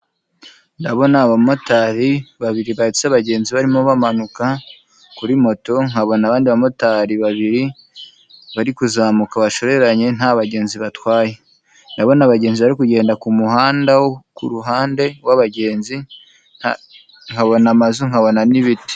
Ndabona abamotari babiri batse abagenzi barimo bamanuka kuri moto, nkabona abandi bamotari babiri bari kuzamuka bashoreranye, nta bagenzi batwaye. Ndabona abagenzi bari kugenda ku muhanda ku ruhande rw'abagenzi, nkabona amazu, nkabona n'ibiti.